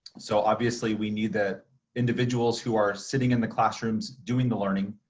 so obviously we need the individuals who are sitting in the classrooms doing the learning,